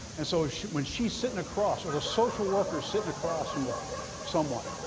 and so when she's sitting across, or a social worker is sitting across from ah someone,